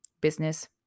business